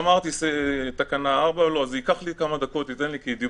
לא, זה ייקח לי כמה דקות תן לי כי דיברו פה.